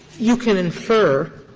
you can infer